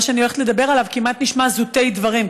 מה שאני הולכת לדבר עליו כמעט נשמע זוטי דברים,